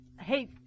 Hey